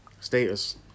status